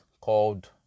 called